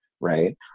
right